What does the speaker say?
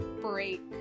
break